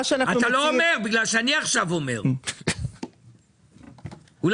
מה שאנחנו מציעים --- אתה לא אומר,